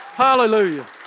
Hallelujah